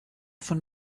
von